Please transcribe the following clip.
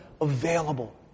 available